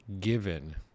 given